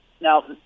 now